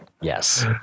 Yes